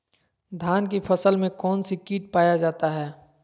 धान की फसल में कौन सी किट पाया जाता है?